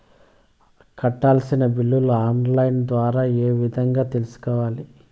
కట్టాల్సిన బిల్లులు online ద్వారా ఏ విధంగా తెలుసుకోవాలి?